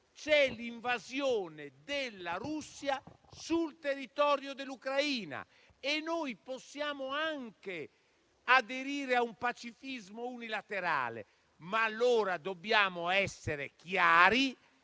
ma l'invasione della Russia sul territorio dell'Ucraina. Noi possiamo anche aderire a un pacifismo unilaterale, ma allora dobbiamo essere chiari